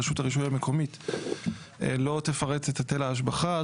רשות הרישוי המקומית לא תפרט את היטל ההשבחה,